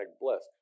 blessed